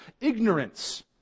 ignorance